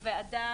אבל הוועדה,